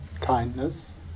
kindness